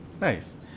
Nice